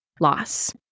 loss